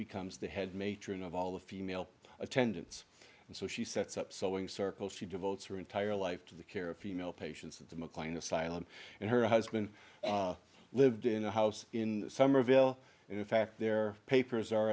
becomes the head matron of all the female attendants and so she sets up sewing circles she devotes her entire life to the care of female patients at the mclean asylum and her husband lived in a house in somerville and in fact their papers are